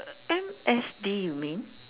M_S_G you mean